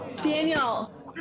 Daniel